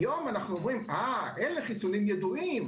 האם אנו אומרים: אלו חיסונים ידועים,